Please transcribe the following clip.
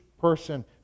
person